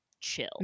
chill